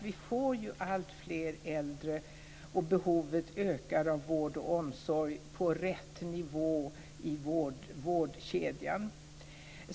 Vi får alltfler äldre, och behovet ökar av vård och omsorg på rätt nivå i vårdkedjan.